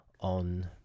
on